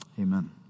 Amen